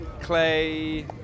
Clay